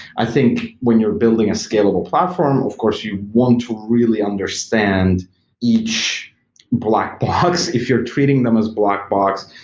i think when you're building a scalable platform, of course you want to really understand each blackbox, if you're treating them as blockbox,